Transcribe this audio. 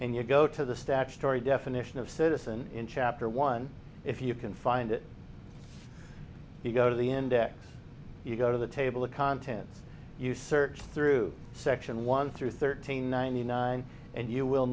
and you go to the statutory definition of citizen in chapter one if you can find it you go to the index you go to the table of contents you search through section one through thirteen ninety nine and you will